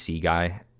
guy